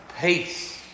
peace